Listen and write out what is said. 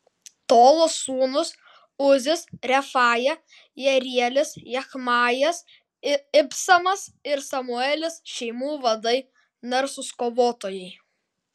tolos sūnūs uzis refaja jerielis jachmajas ibsamas ir samuelis šeimų vadai narsūs kovotojai